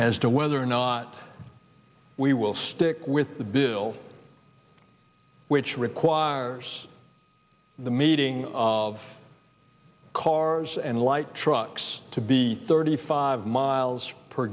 as to whether or not we will stick with the bill which requires the meeting of cars and light trucks to be thirty five